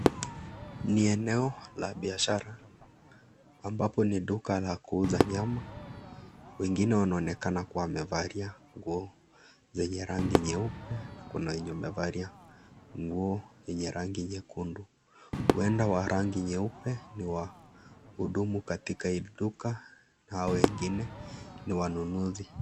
Ni eneo la biashara ambapo ni duka la kuuza nyama wengine wanaonekana kua wamevalia nguo zenye rangi nyeupe na kuna wenye wamevalia nguo yenye rangi nyekundu, huenda wa rangi nyeupe ni wahudumu katika hili duka na hao wengine ni wanunuzi.